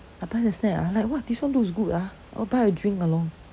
I buy the snack ah like !wah! this one looks good ah I will buy a drink along